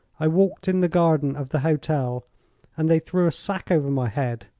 i walked in the garden of the hotel and they threw a sack over my head.